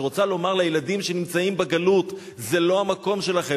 שרוצה לומר לילדים שנמצאים בגלות: זה לא המקום שלכם.